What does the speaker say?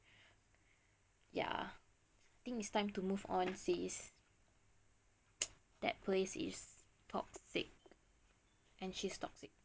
ya I think it's time to move on sis that place is toxic and she's toxic